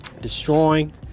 Destroying